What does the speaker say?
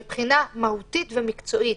מבחינה מהותית ומקצועית,